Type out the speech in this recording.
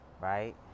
right